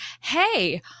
hey